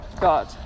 God